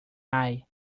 eye